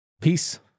Peace